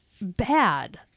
bad